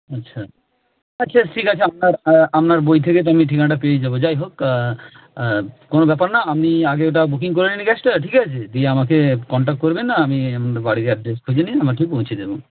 আচ্ছা আচ্ছা ঠিক আছে আপনার আপনার বই থেকে তো আমি ঠিকানা পেয়ে যাবো যাই হোক কোনো ব্যাপার না আপনি আগে ওটা বুকিং করে নিন গ্যাসটা ঠিক আছে দিয়ে আমাকে কন্ট্যাক্ট করবেন আমি বাড়ির অ্যাডড্রেসটা খুঁজে নিয়ে পৌঁছে দেবো